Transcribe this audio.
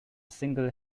single